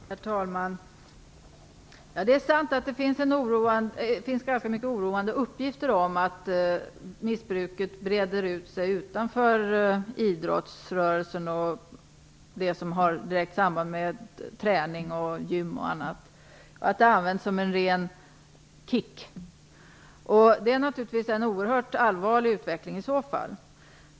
Herr talman! Det är sant att det finns ganska många oroande uppgifter om att missbruket breder ut sig utanför idrottsrörelsen och det som har direkt samband med träning, gym och annat - att det används som en ren kick. Det är naturligtvis en oerhört allvarlig utveckling i så fall.